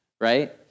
right